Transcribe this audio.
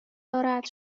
دارد